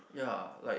ya like